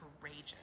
courageous